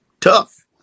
tough